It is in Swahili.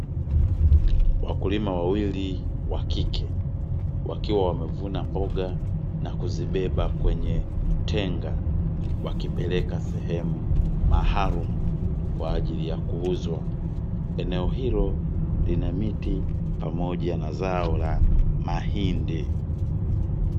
Wakulima wawili wa kike wakiwa wamevuna mboga na kuzibeba kwenye tenga, wakipeleka sehemu maalum kwa ajili ya kuuzwa, eneo hilo lina miti pamoja na zao la mahindi.